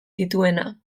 dituena